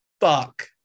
Fuck